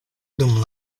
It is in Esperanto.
dum